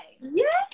Yes